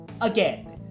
again